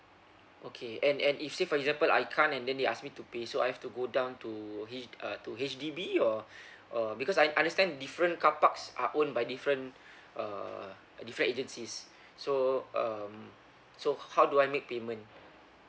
okay and and if say for example I can't and then they ask me to pay so I've to go down to H uh to H_D_B or uh because I understand different carparks are owned by different err uh different agencies so um so how do I make payment